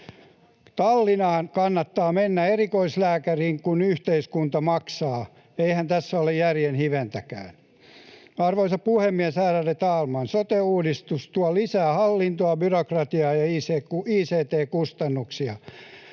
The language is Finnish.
Tallinnaan kannattaa mennä erikoislääkäriin, kun yhteiskunta maksaa. Eihän tässä ole järjen hiventäkään. [Oikealta: Ei niin!] Arvoisa puhemies, ärade talman! Sote-uudistus tuo lisää hallintoa, byrokratiaa ja ict-kustannuksia.